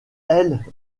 elle